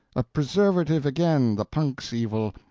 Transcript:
a preservative again' the punk's evil.